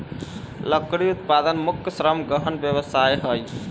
लकड़ी उत्पादन मुख्य श्रम गहन व्यवसाय हइ